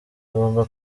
agomba